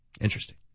Interesting